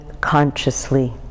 consciously